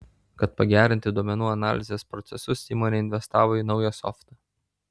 kad pagerinti duomenų analizės procesus įmonė investavo į naują softą